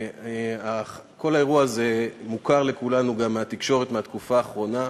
וכל האירוע הזה מוכר לכולנו גם מהתקשורת מהתקופה האחרונה.